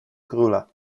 króla